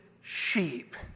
sheep